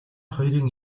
хоёрын